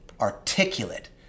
articulate